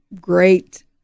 great